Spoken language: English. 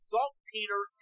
Saltpeter